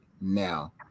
now